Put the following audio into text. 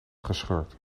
gescheurd